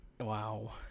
Wow